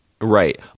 Right